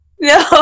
No